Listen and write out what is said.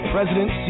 President